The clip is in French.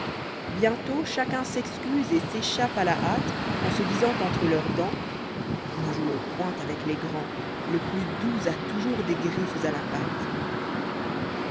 bientôt chacun s'excuse et s'échappe à la mte en se disant entre leurs dents tse jouons point avec les grands lé plus doux a toujours des griffes à la patte